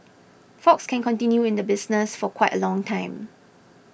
fox can continue in the business for quite a long time